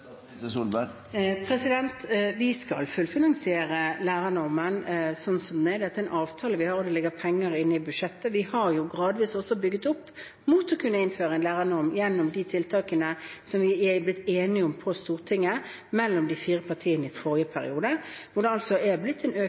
Vi skal fullfinansiere lærernormen slik den er. Dette er en avtale vi har, og det ligger penger i budsjettet til det. Vi har også gradvis bygget opp til å kunne innføre en lærernorm gjennom de tiltakene som vi er blitt enige om på Stortinget – de fire partiene – i forrige periode, hvor det har blitt en